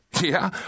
Yeah